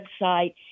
website